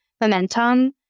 momentum